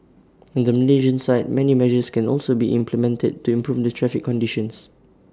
on the Malaysian side many measures can also be implemented to improve the traffic conditions